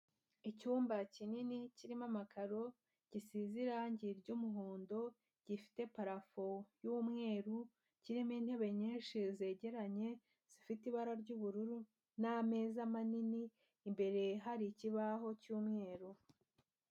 Icyumba kinini kirimo amakaro, gisize irangi ry'umuhondo, gifite parafo y'umweru, kirimo intebe nyinshi zegeranye zifite ibara ry'ubururu n'ameza manini, imbere hari ikibaho cy'umweru.